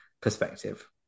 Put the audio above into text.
perspective